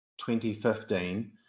2015